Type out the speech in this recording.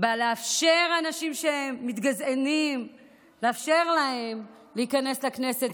לאפשר לאנשים שמתגזענים להיכנס לכנסת,